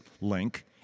link